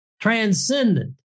transcendent